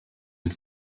and